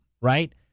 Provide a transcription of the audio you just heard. right